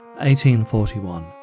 1841